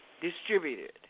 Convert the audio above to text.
distributed